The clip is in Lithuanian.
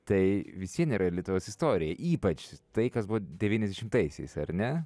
tai vis vien yra lietuvos istorija ypač tai kas buvo devyniasdešimtaisiais ar ne